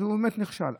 הוא באמת נכשל.